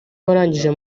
warangije